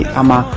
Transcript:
ama